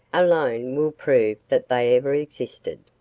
alone will prove that they ever existed.